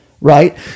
right